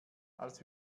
als